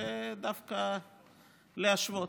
ודווקא להשוות.